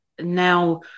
now –